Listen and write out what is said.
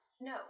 No